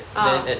ah